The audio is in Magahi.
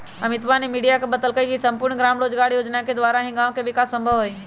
अमितवा ने मीडिया के बतल कई की सम्पूर्ण ग्राम रोजगार योजना के द्वारा ही गाँव के विकास संभव हई